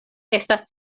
estas